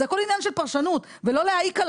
זה הכול עניין של פרשנות ולא להעיק על